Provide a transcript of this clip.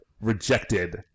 rejected